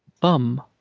bum